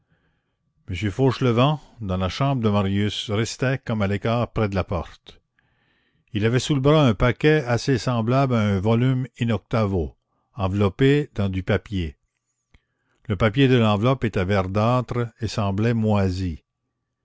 m fauchelevent dans la chambre de marius restait comme à l'écart près de la porte il avait sous le bras un paquet assez semblable à un volume in-octavo enveloppé dans du papier le papier de l'enveloppe était verdâtre et semblait moisi